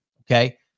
Okay